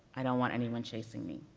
i don't want anyone chasing me,